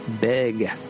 big